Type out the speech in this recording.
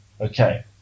okay